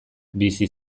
bizi